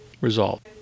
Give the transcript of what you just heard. resolve